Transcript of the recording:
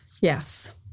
Yes